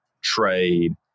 trade